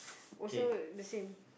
also the same